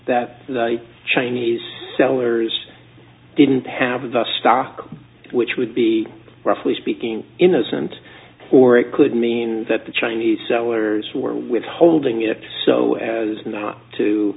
that the chinese sellers didn't have the stock which would be roughly speaking innocent poor it could mean that the chinese sellers were withholding it so as not to